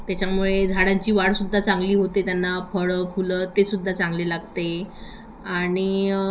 त्याच्यामुळे झाडांची वाढ सुद्धा चांगली होते त्यांना फळं फुलं ते सुद्धा चांगले लागते आणि